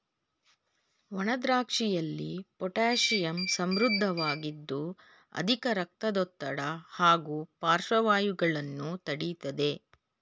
ಒಣದ್ರಾಕ್ಷಿಯಲ್ಲಿ potassium ಸಮೃದ್ಧವಾಗಿದ್ದು ಅಧಿಕ ರಕ್ತದೊತ್ತಡ ಹಾಗೂ ಪಾರ್ಶ್ವವಾಯುಗಳನ್ನು ತಡಿತದೆ